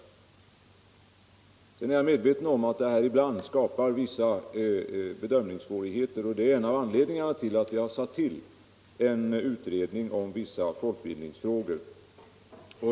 Sedan är jag emellertid medveten om att detta ibland skapar vissa bedömningssvårigheter, och det är en av anledningarna till att jag har tillsatt ett utredning om vissa folkbildningsfrågor.